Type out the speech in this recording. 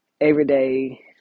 everyday